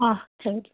অঁ থেংক